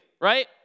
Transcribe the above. right